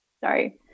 sorry